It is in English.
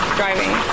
driving